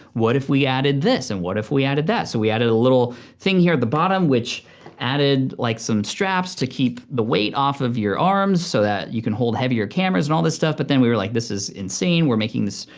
what if we added this and what if we added that? so we added a little thing here at the bottom, which added like some straps to keep the weight off of your arms so that you can hold heavier cameras and all this stuff, but then we were like this is insane, we're making this,